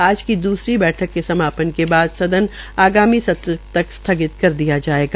आज की द्रसरी बैठक के समापन के बाद सदन आगामी सत्र तक स्थगित कर दिया जायेगा